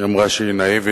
היא אמרה שהיא נאיבית,